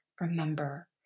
Remember